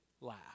laugh